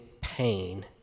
pain